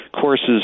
courses